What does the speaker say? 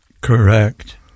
Correct